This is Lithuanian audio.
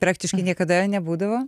praktiškai niekada nebūdavo